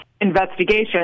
investigation